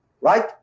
right